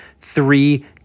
three